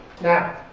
Now